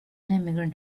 immigrant